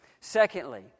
Secondly